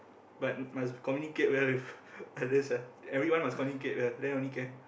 but must communicate well with others ah everyone must communicate well then only can